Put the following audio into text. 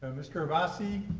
um mr. abbasi,